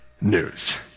news